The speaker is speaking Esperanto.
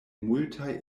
multaj